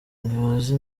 ntibazi